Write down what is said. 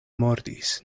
mordis